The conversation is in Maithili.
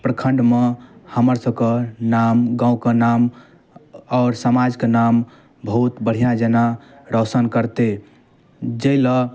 प्रखण्डमे हमर सभके नाम गामके नाम आओर समाजके नाम बहुत बढ़िआँ जेना रोशन करतै जाहिलए